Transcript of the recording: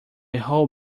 whole